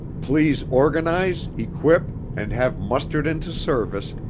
please organize, equip, and have mustered into service,